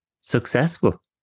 successful